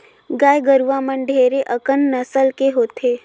गाय गरुवा मन ढेरे अकन नसल के होथे